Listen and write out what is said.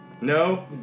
No